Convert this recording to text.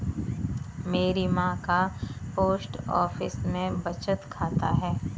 मेरी मां का पोस्ट ऑफिस में बचत खाता है